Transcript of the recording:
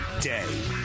day